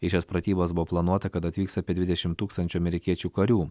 į šias pratybas buvo planuota kad atvyks apie dvidešimt tūkstančių amerikiečių karių